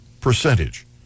percentage